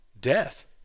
death